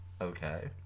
Okay